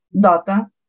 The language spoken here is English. data